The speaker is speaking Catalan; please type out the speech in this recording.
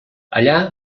allà